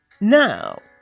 now